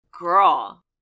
Girl